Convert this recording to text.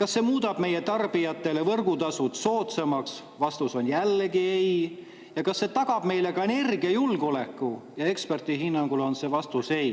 Kas see muudab meie tarbijate jaoks võrgutasud soodsamaks? Vastus on jällegi ei. Kas see tagab meile energiajulgeoleku? Ja eksperdi hinnangul on vastus ei.